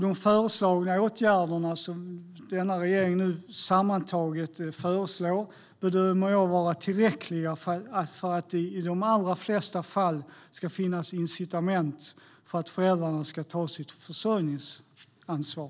De åtgärder som regeringen nu sammantaget föreslår bedömer jag vara tillräckliga för att det i de allra flesta fall ska finnas incitament för att föräldrarna ska ta sitt försörjningsansvar.